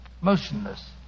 motionless